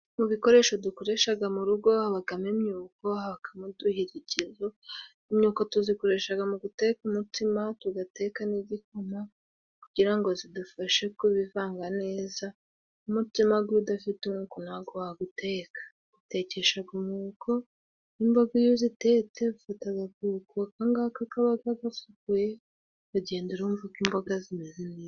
Mu bikoresho dukoresha mu rugo habamo imyuko n'uduhigikizo. Imyunyoko tuyikoresha mu guteka umutsima tugateka n'igikoma kugira ngo idufashe kubivanga neza. Umutsima udafite umwuka ntabwo wawuteka utekeshaumwuko, n'imboga iyo uzitetse ufata akuko kaba gasukuye ukagenda urumva ko imboga zihiye.